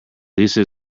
lisa